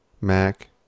Mac